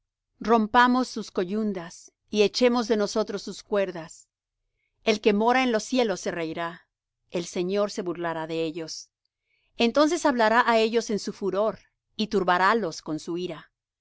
rompamos sus coyundas y echemos de nosotros sus cuerdas el que mora en los cielos se reirá el señor se burlará de ellos entonces hablará á ellos en su furor y turbarálos con su